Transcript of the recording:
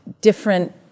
different